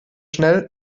schnell